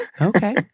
Okay